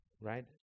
right